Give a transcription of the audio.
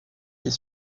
est